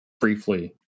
briefly